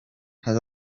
had